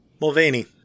Mulvaney